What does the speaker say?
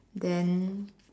then